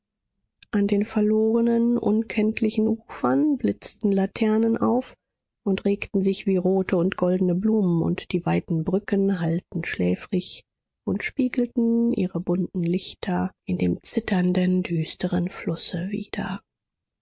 an den verlorenen unkenntlichen ufern blitzten laternen auf und regten sich wie rote und goldene blumen und die weiten brücken hallten schläfrig und spiegelten ihre bunten lichter in dem zitternden düsteren flusse wieder